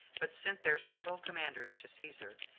but sent their several commanders to caesar,